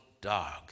dog